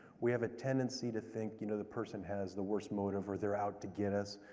we have a tendency to think, you know, the person has the worst motive, or they're out to get us,